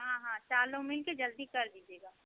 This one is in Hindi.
हाँ हाँ चार लोग मिलकर जल्दी कर दीजिएगा